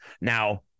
Now